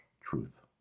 truth